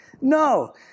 No